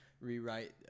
rewrite